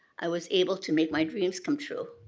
i was able to make my dreams come true.